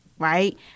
Right